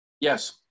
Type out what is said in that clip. Yes